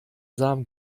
samen